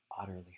utterly